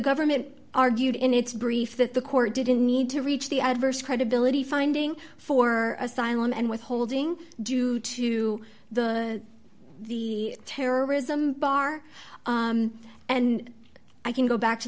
government argued in its brief that the court didn't need to reach the adverse credibility finding for asylum and withholding due to the the terrorism bar and i can go back to